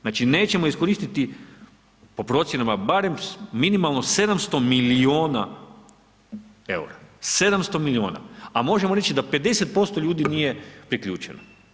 Znači, nećemo iskoristiti po procjenama barem minimalno 700 miliona EUR-a, 700 miliona, a možemo reći da 50% ljudi nije priključeno.